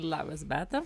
labas beata